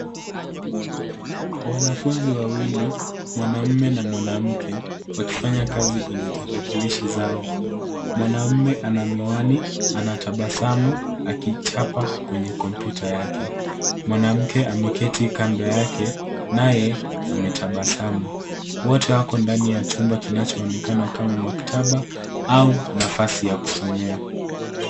Wanafunzi wawili, mwanamume na mwanamke wakifanya kazi kwenye tarakilishi zao. Mwanaume ana miwani. Anatabasamu akichapa kwenye kompyuta yake. Mwanamke ameketi kando yake naye ametabasamu. Wote wako ndani ya chumba kinachoonekana kama maktaba au nafasi ya kusomea.